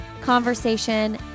conversation